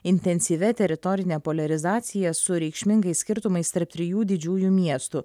intensyvia teritorinė poliarizacija su reikšmingais skirtumais tarp trijų didžiųjų miestų